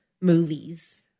movies